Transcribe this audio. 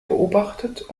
beobachtet